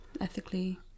ethically